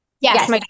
Yes